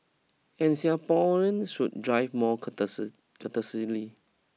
and Singaporeans should drive more courteous courteously